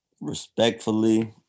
Respectfully